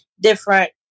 different